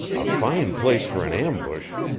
a fine place for an ambush,